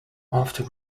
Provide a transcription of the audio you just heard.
after